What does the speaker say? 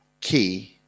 key